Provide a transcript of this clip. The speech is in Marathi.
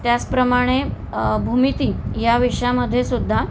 त्याचप्रमाणे भूमिती या विषयामध्ये सुद्धा